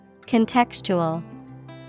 Contextual